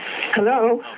Hello